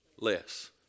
less